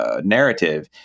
narrative